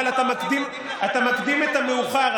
אבל אתה מקדים את המאוחר,